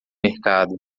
mercado